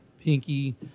Pinky